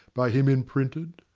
by him imprinted,